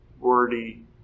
wordy